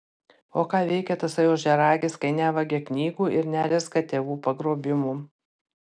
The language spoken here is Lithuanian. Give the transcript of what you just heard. o ką veikia tasai ožiaragis kai nevagia knygų ir nerezga tėvų pagrobimų